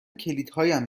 کلیدهایم